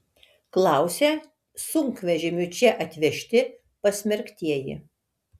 klausia sunkvežimiu čia atvežti pasmerktieji